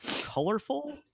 colorful